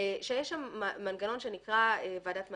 שיש שם מנגנון שנקרא ועדת מנכ"לים.